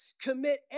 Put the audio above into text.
Commit